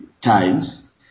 Times